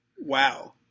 Wow